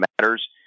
matters